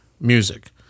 music